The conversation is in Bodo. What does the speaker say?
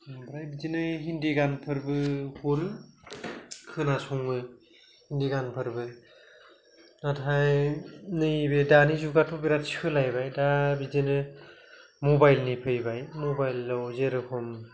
ओमफ्राय बिदिनो हिन्दी गानफोरबो हरो खोनासङो हिन्दी गानफोरबो नाथाय नैबे दानि जुगाथ' बेराद सोलायबाय दा बिदिनो मबाइलनि फैबाय मबाइलाव जेरखम